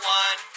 one